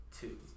Two